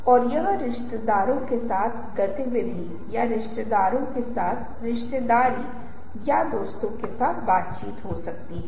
तो हम कहते हैं कि अगर मेरे पास एक रवैयों है कि स्वदेशी सामान अच्छा है मुझे उन चीजों को खरीदना चाहिए जो भारत में बनी हैं